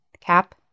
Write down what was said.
Cap